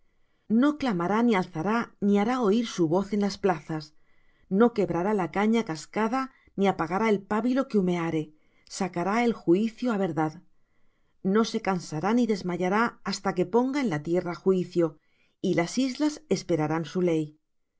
no clamará ni alzará ni hará oir su voz en las plazas no quebrará la caña cascada ni apagará el pábilo que humeare sacará el juicio á verdad no se cansará ni desmayará hasta que ponga en la tierra juicio y las islas esperarán su ley